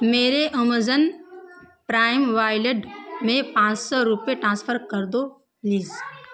میرے Amazon prime wallet میں پانچ سو روپئے ٹرانسفر کر دو پلیز